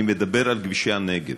אני מדבר על כבישי הנגב.